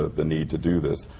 the need to do this.